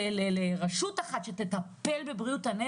אני חושב שהתמונה הזאת צריכה להיות חרוטה בראש שלנו